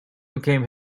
became